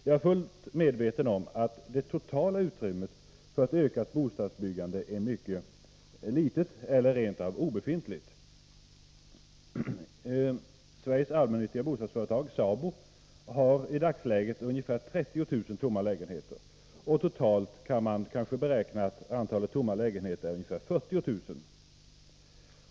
Jag är fullt medveten om att det totala utrymmet för ett ökat bostadsbyggande är mycket litet eller rent av obefintligt. Sveriges Allmännyttiga Bostadsföretag — SABO — har i dagsläget ungefär 30 000 tomma lägenheter, och totalt kan man kanske beräkna att antalet tomma lägenheter är ungefär 40 000.